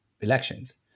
elections